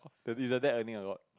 is is the dad earning a lot